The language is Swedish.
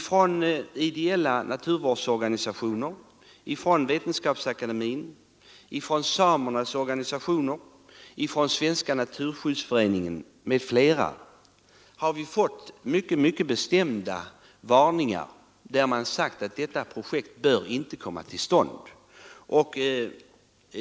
Från ideella naturvårdsorganisationer, Vetenskapsakademien, samernas organisationer, Svenska naturskyddsföreningen m.fl. har vi fått mycket bestämda varningar, där det sagts att detta projekt inte bör komma till stånd.